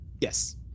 Yes